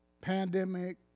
pandemic